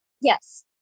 Yes